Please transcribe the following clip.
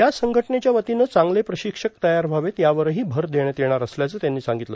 या संघटनेच्या वतीनं चांगले प्रशिक्षक तयार व्हावेत यावरही भर देण्यात येणार असल्याचं त्यांनी सांगितलं